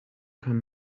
kann